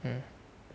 mm